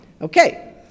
Okay